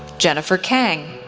jenifer kang,